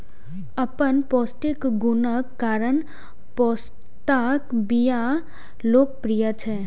अपन पौष्टिक गुणक कारण पोस्ताक बिया लोकप्रिय छै